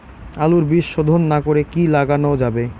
আলুর বীজ শোধন না করে কি লাগানো যাবে?